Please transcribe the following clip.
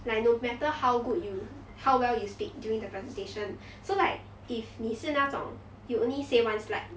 like no matter how good you how well you speak during the presentation so like if 你是那种 you only say one slide